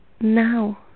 now